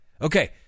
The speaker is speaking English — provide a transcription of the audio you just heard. Okay